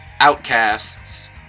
Outcasts